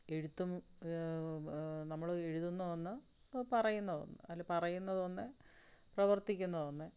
എഴുത്തും നമ്മൾ എഴുതുന്ന ഒന്ന് പറയുന്ന ഒന്ന് അതിൽ പറയുന്നത് ഒന്ന് പ്രവർത്തിക്കുന്ന ഒന്ന്